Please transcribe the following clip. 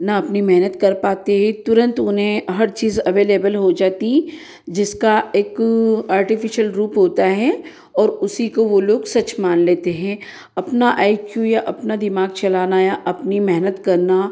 ना अपनी मेहनत कर पाते तुरंत उन्हें हर चीज़ अवेलेबल हो जाती जिसका एक आर्टिफ़िशल रूप होता है और उसी को वे लोग सच मान लेते हैं अपना आई क्यू या अपना दिमाग चलाना या अपनी मेहनत करना